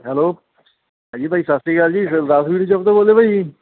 hello ਹਾਂਜੀ ਭਾਈ ਸਤਿ ਸ਼੍ਰੀ ਅਕਾਲ ਜੀ ਸਰਦਾਰ ਸਵੀਟ ਸ਼ੋਪ ਤੋਂ ਬੋਲਦੇ ਭਾਈ ਜੀ